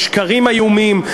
משקרים איומים,